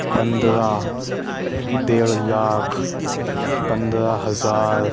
پندرہ ڈیرھ لاکھ پندرہ ہزار